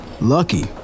Lucky